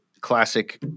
classic